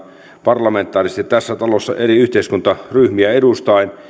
parlamentaarisesti tässä talossa eri yhteiskuntaryhmiä edustaen